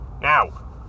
Now